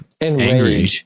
angry